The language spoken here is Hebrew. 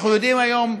אנחנו יודעים היום,